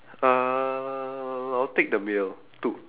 uh I'll take the middle two